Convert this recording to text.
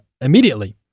immediately